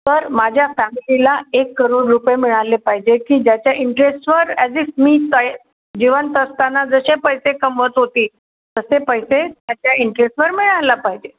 तर माझ्या फॅमिलीला एक करोड रुपये मिळाले पाहिजे की ज्याच्या इंटरेस्टवर ॲज इफ मीच आहे जिवंत असताना जसे पैसे कमवत होती तसे पैसे त्याच्या इंटरेस्टवर मिळायला पाहिजे